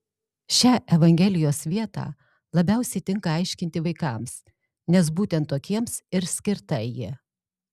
šią evangelijos vietą labiausiai tinka aiškinti vaikams nes būtent tokiems ir skirta ji